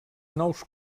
nous